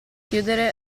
chiudere